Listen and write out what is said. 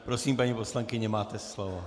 Prosím, paní poslankyně, máte slovo.